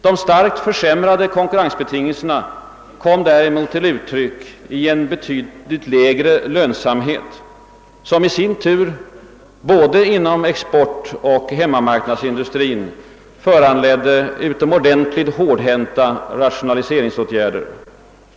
De starkt försämrade konkurrensbetingelserna kom däremot till uttryck i en betydligt lägre lönsamhet som i sin tur både inom exportoch hemmamarknadsindustrin föranledde utomordentligt hårdhänta rationaliseringsåtgärder.